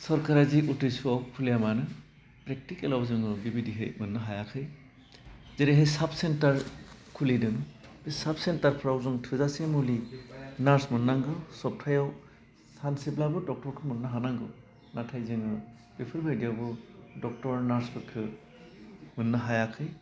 सरकारा जि उदेस्य'वाव खुलिया मानो प्रेकटिकेलाव जोङो बेबायदिहै मोननो हायाखै जेरैहाय साब सेन्टार खुलिदों साब सेन्टारफ्राव जों थाजासे मुलि नार्स मोननांगौ सब्तायाव सानसेब्लाबो डक्टरखौ मोननो हानांगौ नाथाय जोङो बेफोर बायदियाबो डक्टर नार्सफोरखौ मोनो हायाखै